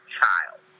child